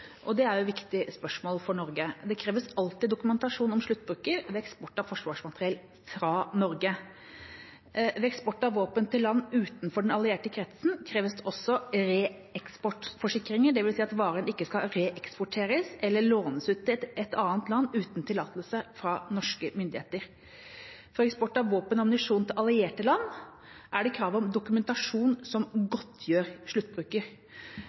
sluttbruker ved eksport av forsvarsmateriell fra Norge. Ved eksport av våpen til land utenfor den allierte kretsen kreves det også reeksportforsikringer, det vil si at varen ikke skal reeksporteres eller lånes ut til et annet land uten tillatelse fra norske myndigheter. For eksport av våpen og ammunisjon til allierte land er det krav om dokumentasjon som godtgjør sluttbruker.